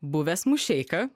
buvęs mušeika